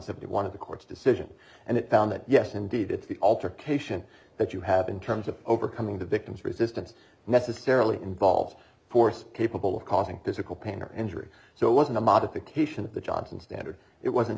seventy one of the court's decision and it found that yes indeed it's the ultra cation that you have in terms of overcoming the victim's resistance necessarily involves force capable of causing physical pain or injury so it wasn't a modification of the johnson standard it was